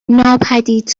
ناپدید